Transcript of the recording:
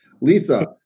Lisa